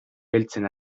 beltzen